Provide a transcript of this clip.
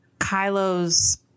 Kylo's